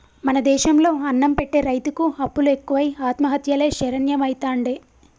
మన దేశం లో అన్నం పెట్టె రైతుకు అప్పులు ఎక్కువై ఆత్మహత్యలే శరణ్యమైతాండే